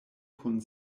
kun